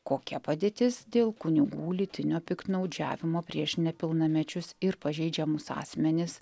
kokia padėtis dėl kunigų lytinio piktnaudžiavimo prieš nepilnamečius ir pažeidžiamus asmenis